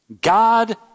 God